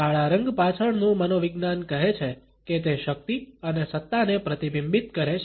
કાળા રંગ પાછળનું મનોવિજ્ઞાન કહે છે કે તે શક્તિ અને સત્તાને પ્રતિબિંબિત કરે છે